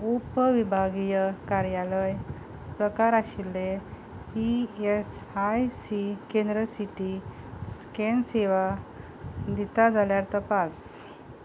उपविभागीय कार्यालय प्रकार आशिल्लें ईएसआयसी केंद्र सीटी स्कॅन सेवा दिता जाल्यार तपास